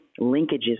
linkages